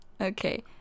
Okay